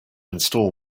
install